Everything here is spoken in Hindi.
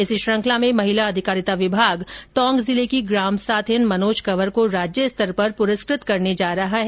इसी श्रृंखला में महिला अधिकारिता विभाग टोंक जिले की ग्राम साथिन मनोज कंवर को राज्य स्तर पर पुरस्कृत करने जा रहा है